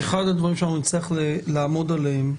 אחד הדברים שאנחנו נצטרך לעמוד עליהם,